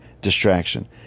distraction